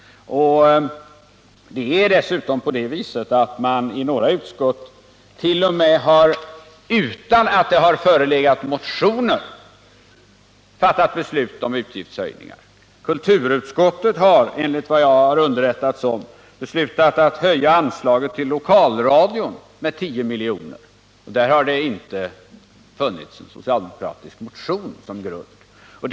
Det är faktiskt så att man i några utskott t.o.m. har fattat beslut om utgiftshöjningar utan att det har förelegat motioner. Enligt vad jag underrättats om har exempelvis kulturutskottet beslutat att höja anslaget till lokalradion med 10 miljoner, och i det fallet fanns inte någon socialdemokratisk motion som grund för beslutet.